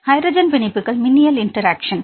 hydrogen பிணைப்புகள் மின்னியல் interaction